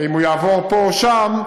אם הוא יעבור פה או שם,